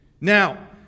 now